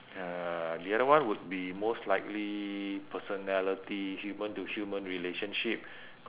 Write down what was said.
uh the other one would be most likely personality human to human relationship